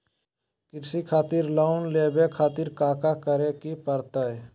कृषि खातिर लोन लेवे खातिर काका करे की परतई?